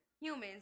humans